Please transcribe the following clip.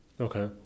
Okay